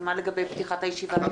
אז מה לגבי פתיחת הישיבה?